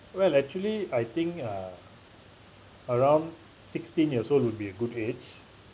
well actually I think uh around sixteen years old would be a good age